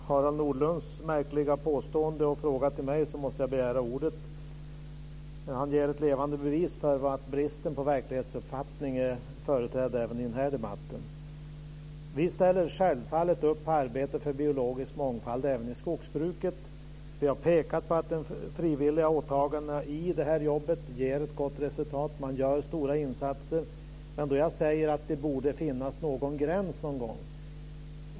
Fru talman! Med anledning av Harald Nordlunds märkliga påstående och fråga till mig måste jag begära ordet. Han är ett levande bevis på att brist på verklighetsuppfattning är företrädd även i den här debatten. Vi ställer oss självfallet bakom arbete för biologisk mångfald även i skogsbruket. Vi har pekat på att de frivilliga åtagandena i det här jobbet ger ett gott resultat och att man gör stora insatser. Jag säger dock att det någonstans måste finnas någon gräns.